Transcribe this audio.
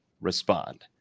respond